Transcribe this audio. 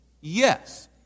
Yes